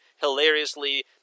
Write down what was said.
hilariously